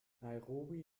nairobi